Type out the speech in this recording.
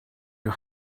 you